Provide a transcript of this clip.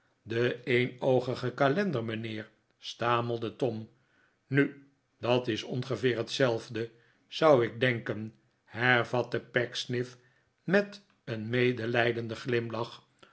de eenoogige kalender mijnheer stamelde tom nu dat is ongeveer hetzelfde zou ik denken hervatte pecksniff met een medelijdenden glimlach